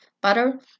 butter